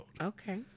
Okay